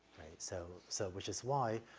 so so which is why, ah,